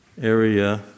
area